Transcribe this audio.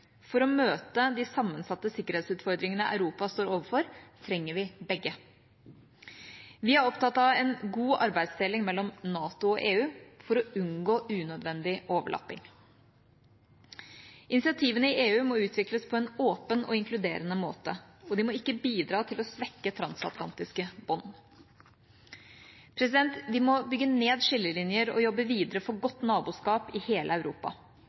For å møte de sammensatte sikkerhetsutfordringene Europa står overfor, trenger vi begge. Vi er opptatt av en god arbeidsdeling mellom NATO og EU for å unngå unødvendig overlapping. Initiativene i EU må utvikles på en åpen og inkluderende måte, og de må ikke bidra til å svekke transatlantiske bånd. Vi må bygge ned skillelinjer og jobbe videre for godt naboskap i hele Europa.